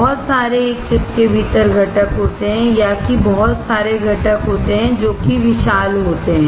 बहुत सारे एक चिप के भीतर घटक होते हैं या कि बहुत सारे घटक होते हैं जो कि विशाल होते हैं